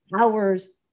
hours